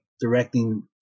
directing